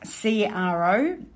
CRO